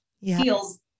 feels